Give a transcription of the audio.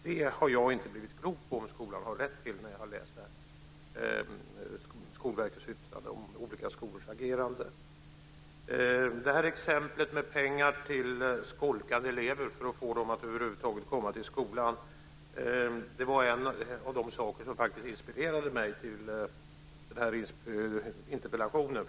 Detta har jag inte blivit klok på om skolan har rätt att göra när jag har läst Skolverkets yttrande om olika skolors agerande. Exemplet med pengar till skolkande elever för att få dem att över huvud taget komma till skolan var en av de saker som faktiskt inspirerade mig till den här interpellationen.